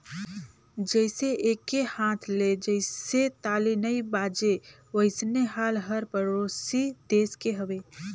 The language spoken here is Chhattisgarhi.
जइसे एके हाथ ले जइसे ताली नइ बाजे वइसने हाल हर परोसी देस के हवे